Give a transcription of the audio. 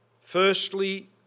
firstly